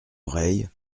oreille